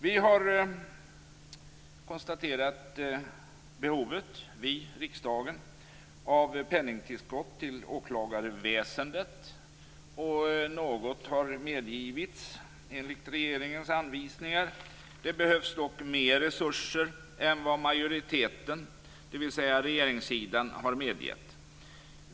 Vi, riksdagen, har konstaterat behovet av ett penningtillskott till åklagarväsendet, och något har också medgivits enligt regeringens anvisningar. Det behövs dock mer resurser än vad majoriteten, dvs. regeringssidan, har medgivit.